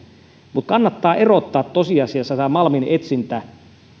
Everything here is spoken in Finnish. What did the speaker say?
mutta kannattaa erottaa tosiasiassa tämä malminetsintä